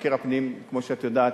מבקר הפנים, כמו שאת יודעת,